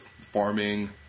farming